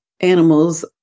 animals